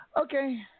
Okay